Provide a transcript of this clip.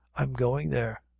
i'm goin' there.